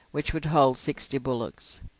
which would hold sixty bullocks.